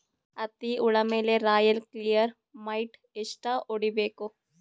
ಹತ್ತಿ ಹುಳ ಮೇಲೆ ರಾಯಲ್ ಕ್ಲಿಯರ್ ಮೈಟ್ ಎಷ್ಟ ಹೊಡಿಬೇಕು?